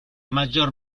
maggior